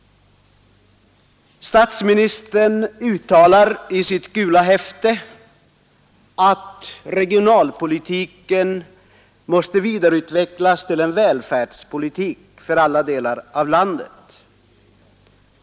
Statsministern uttalar i sitt ”gula häfte” att ”regionalpolitiken måste vidareutvecklas till en välfärdspolitik för alla delar av landet”.